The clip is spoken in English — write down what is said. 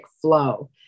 flow